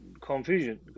confusion